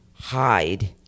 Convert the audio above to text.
hide